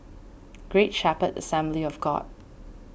Great Shepherd Assembly of God